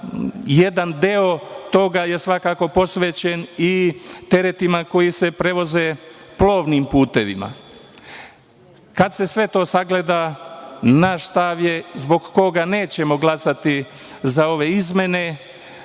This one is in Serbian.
jedan deo toga je svakako posvećen i teretima koji se prevoze plovnim putevima. Kada se sve to sagleda, naš stav je, zbog koga nećemo glasati za ove izmene,